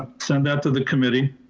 send that to the committee.